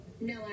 No